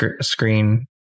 screen